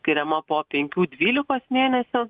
skiriama po penkių dvylikos mėnesių